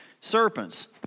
serpents